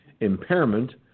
Impairment